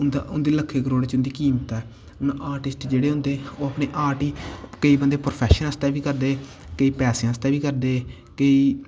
की उंदे लक्खें करोड़ें च उंदी कीमत ऐ ते आर्टिस्ट जेह्ड़े होंदे ओह् उंदे आर्ट गी केईं बंदे प्रोफैशन आस्तै बी करदे केईं पैसें आस्तै बी करदे केईं